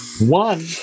One